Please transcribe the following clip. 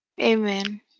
Amen